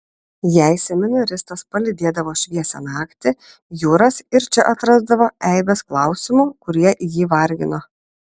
jei seminaristas palydėdavo šviesią naktį juras ir čia atrasdavo eibes klausimų kurie jį vargino